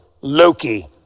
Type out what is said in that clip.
Loki